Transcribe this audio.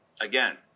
again